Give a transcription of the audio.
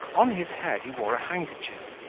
on his head he wore a handkerchief,